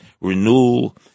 renewal